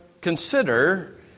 consider